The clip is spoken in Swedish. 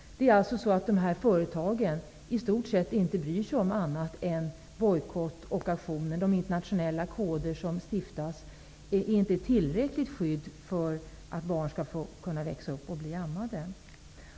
Dessa företag bryr sig i stort sett inte om annat än bojkotter och aktioner. De internationella koder som stiftas är inte ett tillräckligt skydd för att barn skall kunna växa upp och bli ammade.